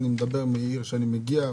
ואני מדבר מעיר שממנה אני מגיע,